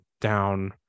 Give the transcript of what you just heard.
down